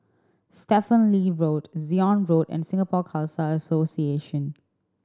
Stephen Lee Road Zion Road and Singapore Khalsa Association